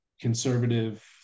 conservative